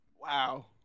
Wow